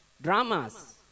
Dramas